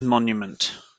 monument